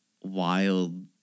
wild